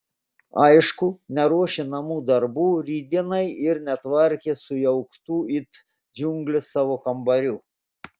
aišku neruošė namų darbų rytdienai ir netvarkė sujauktų it džiunglės savo kambarių